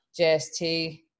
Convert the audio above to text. JST